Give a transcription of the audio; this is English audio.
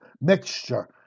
mixture